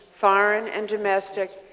foreign and domestic,